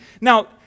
Now